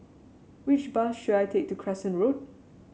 which bus should I take to Crescent Road